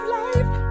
life